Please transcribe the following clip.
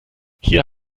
hier